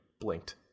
blinked